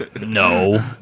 No